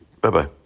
Bye-bye